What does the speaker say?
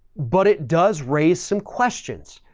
but it does raise some questions.